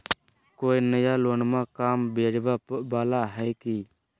कोइ नया लोनमा कम ब्याजवा वाला हय की?